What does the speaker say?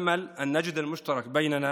אני מקווה שנמצא את המשותף בינינו,